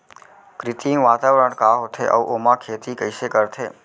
कृत्रिम वातावरण का होथे, अऊ ओमा खेती कइसे करथे?